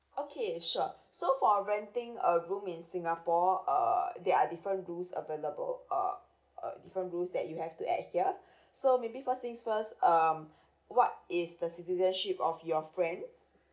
okay sure so for renting a room in singapore uh there are different rules available uh uh different rules that you have to adhere so maybe first things first um what is the citizenship of your friend